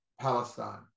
Palestine